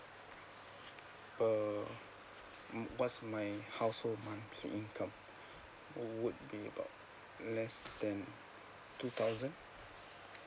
uh what's my household monthly income would be about less than two thousand